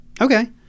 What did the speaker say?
Okay